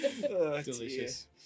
delicious